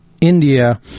India